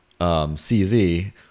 cz